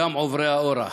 גם עוברי האורח.